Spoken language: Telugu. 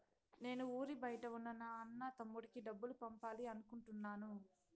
నేను ఊరి బయట ఉన్న నా అన్న, తమ్ముడికి డబ్బులు పంపాలి అనుకుంటున్నాను